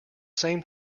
same